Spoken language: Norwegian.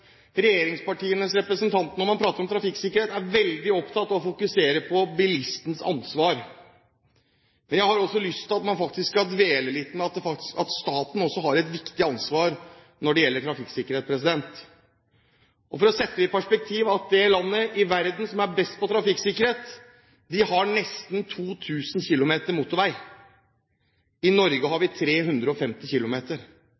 når man prater om trafikksikkerhet, er regjeringspartienes representanter veldig opptatt av å fokusere på bilistens ansvar. Men jeg har lyst til at man faktisk skal dvele litt ved at staten også har et viktig ansvar når det gjelder trafikksikkerhet. For å sette det i perspektiv: Det landet i verden som er best på trafikksikkerhet, har nesten 2 000 km motorvei. I Norge har